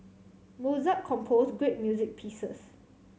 Mozart compose great music pieces